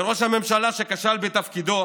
לראש הממשלה שכשל בתפקידו